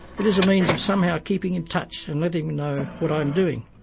it is a means of somehow keeping in touch and letting him know what i am doing,